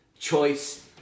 Choice